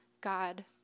God